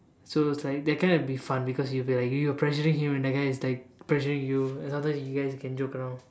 so it was like that kind will be fun because you be like pressuring him and that guy is like pressuring you then after that you guys can joke around